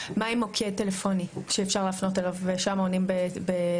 מה עם מוקד טלפוני שאפשר להפנות אליו ועונים בו ברוסית?